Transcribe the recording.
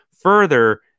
further